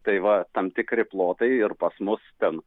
tai va tam tikri plotai ir pas mus ten